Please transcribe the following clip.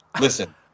Listen